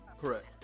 correct